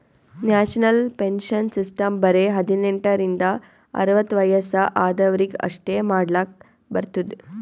national pension system ಬರೆ ಹದಿನೆಂಟ ರಿಂದ ಅರ್ವತ್ ವಯಸ್ಸ ಆದ್ವರಿಗ್ ಅಷ್ಟೇ ಮಾಡ್ಲಕ್ ಬರ್ತುದ್